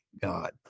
God